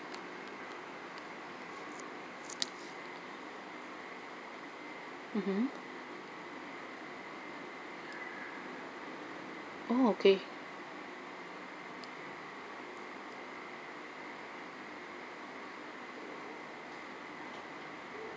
mmhmm oh okay